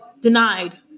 denied